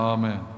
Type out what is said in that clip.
Amen